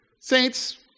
Saints